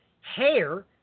hair